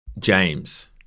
James